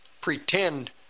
Pretend